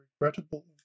regrettable